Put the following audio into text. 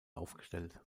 aufgestellt